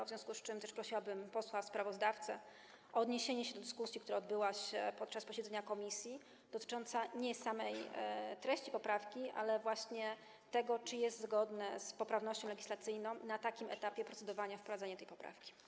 W związku z tym prosiłabym też posła sprawozdawcę o odniesienie się do dyskusji, która odbyła się podczas posiedzenia komisji, dotyczącej nie samej treści poprawki, ale właśnie tego, czy jest zgodne z poprawnością legislacyjną na takim etapie procedowania wprowadzanie tej poprawki.